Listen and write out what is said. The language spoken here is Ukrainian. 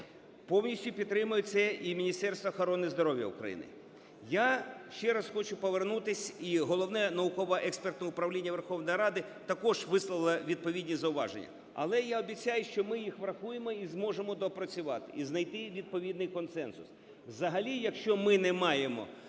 Повністю підтримує це і Міністерство охорони здоров'я України. Я ще раз хочу повернутися, і Головне науково-експертне управління Верховної Ради також висловило відповідні зауваження. Але я обіцяю, що ми їх врахуємо і зможемо доопрацювати, і знайти відповідний консенсус. Взагалі, якщо ми не маємо